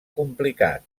complicat